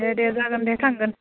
दे दे जागोन दे थांगोन